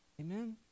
Amen